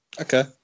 Okay